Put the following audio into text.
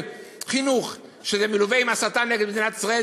חינוך שמלווה בהסתה נגד מדינת ישראל,